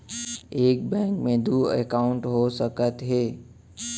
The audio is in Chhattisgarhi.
एक बैंक में दू एकाउंट हो सकत हे?